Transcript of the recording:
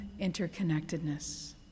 interconnectedness